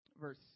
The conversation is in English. Verse